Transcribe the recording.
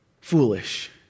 foolish